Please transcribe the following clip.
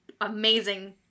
amazing